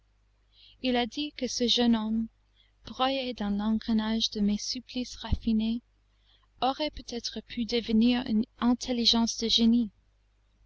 il a dit que ce jeune homme broyé dans l'engrenage de mes supplices raffinés aurait peut-être pu devenir une intelligence de génie